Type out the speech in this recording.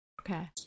Okay